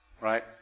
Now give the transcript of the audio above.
right